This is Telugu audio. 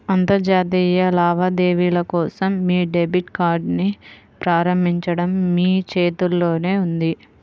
అంతర్జాతీయ లావాదేవీల కోసం మీ డెబిట్ కార్డ్ని ప్రారంభించడం మీ చేతుల్లోనే ఉంది